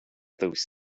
those